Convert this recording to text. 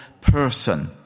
person